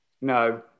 No